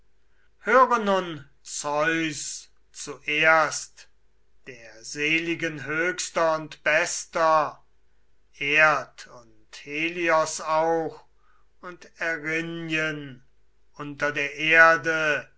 höre nun zeus zuerst der seligen höchster und bester erd und helios auch und erinnyen unter der erde